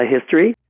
History